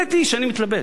האמת היא שאני מתלבט.